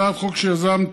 הצעת חוק שיזמתי,